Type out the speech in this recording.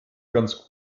ganz